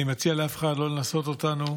אני מציע לאף אחד לא לנסות אותנו.